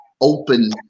open